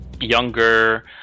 Younger